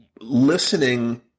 listening